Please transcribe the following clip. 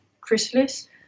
Chrysalis